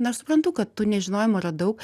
na aš suprantu kad tų nežinojimų yra daug